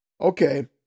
okay